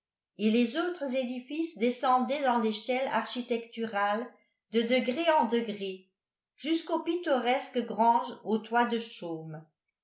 et les autres édifices descendaient dans l'échelle architecturale de degré en degré jusqu'aux pittoresques granges au toit de chaume